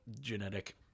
genetic